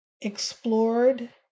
explored